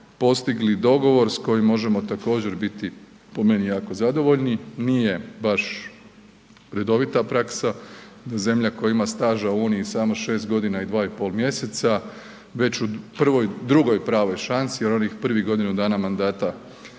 postigli dogovor s kojim možemo također biti po meni, jako zadovoljni, nije baš redovita praksa da zemlja koja ima staža u Uniji samo 6.g. i 2,5 mjeseca već u prvoj, drugoj pravoj šansi jer onih prvih godinu dana mandata